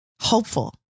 hopeful